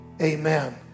amen